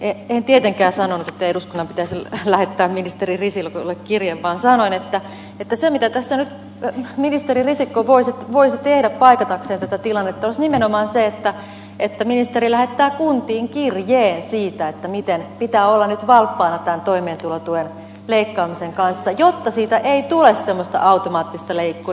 en tietenkään sanonut että eduskunnan pitäisi lähettää ministeri risikolle kirje vaan sanoin että se mitä tässä nyt ministeri risikko voisi tehdä paikatakseen tätä tilannetta olisi nimenomaan se että ministeri lähettää kuntiin kirjeen siitä miten pitää olla nyt valppaana tämän toimeentulotuen leikkaamisen kanssa jotta siitä ei tule semmoista automaattista leikkuria